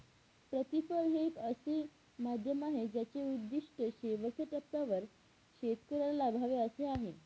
प्रतिफळ हे एक असे माध्यम आहे ज्याचे उद्दिष्ट शेवटच्या टप्प्यावर शेतकऱ्याला लाभावे असे आहे